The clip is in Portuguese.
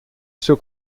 seu